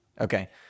Okay